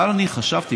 אבל אני חשבתי,